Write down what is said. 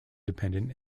dependent